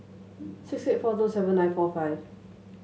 six eight four two seven nine four five